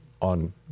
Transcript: on